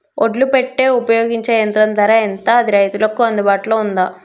ఒడ్లు పెట్టే ఉపయోగించే యంత్రం ధర ఎంత అది రైతులకు అందుబాటులో ఉందా?